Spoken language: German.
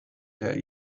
der